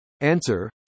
Answer